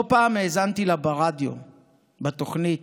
לא פעם האזנתי לה ברדיו בתוכנית